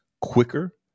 quicker